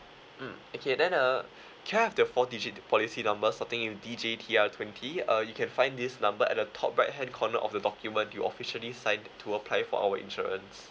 mm okay then uh can I have the four digit policy numbers starting with D_J_T_R twenty uh you can find this number at the top right hand corner of the document you officially signed to apply for our insurance